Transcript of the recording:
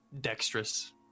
dexterous